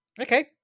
Okay